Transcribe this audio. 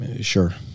Sure